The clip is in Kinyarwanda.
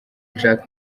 jack